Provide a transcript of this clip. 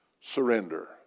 surrender